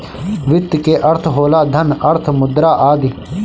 वित्त के अर्थ होला धन, अर्थ, मुद्रा आदि